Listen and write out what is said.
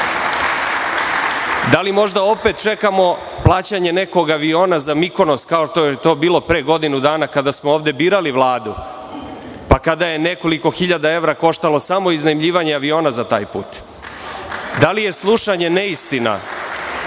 Da li možda opet čekamo plaćanje nekog aviona za Mikonos, kao što je to bilo pre godinu dana kada smo ovde birali Vladu, kada je nekoliko hiljada evra koštalo samo iznajmljivanje aviona za taj put? Da li je slušanje neistina,